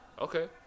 Okay